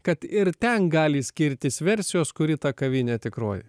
kad ir ten gali skirtis versijos kuri ta kavinė tikroji